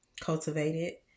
cultivated